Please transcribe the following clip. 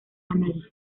análisis